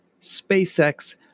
SpaceX